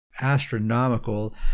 astronomical